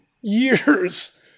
years